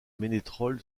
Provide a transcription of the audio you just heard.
ménétréol